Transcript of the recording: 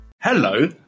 Hello